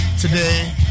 today